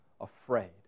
afraid